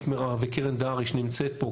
קרן דהרי שנמצאת פה,